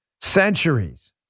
centuries